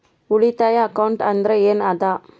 ಉಳಿತಾಯ ಅಕೌಂಟ್ ಅಂದ್ರೆ ಏನ್ ಅದ?